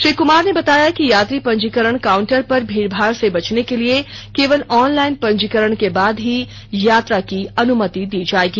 श्री कुमार ने बताया कि यात्रा पंजीकरण काउंटर पर भीड़भाड़ से बचने के लिए केवल ऑनलाइन पंजीकरण के बाद ही यात्रा की अनुमति दी जाएगी